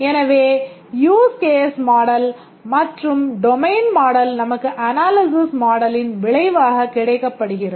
எனவே Use Case model மற்றும் Doamin Model நமக்கு Analysis மாடலின் விளைவாக கிடைக்கப் படுகிறது